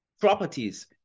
properties